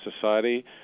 society